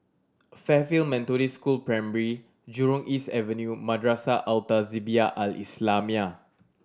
Fairfield Methodist School Primary Jurong East Avenue Madrasah Al Tahzibiah Al Islamiah